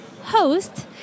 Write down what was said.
host